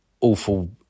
awful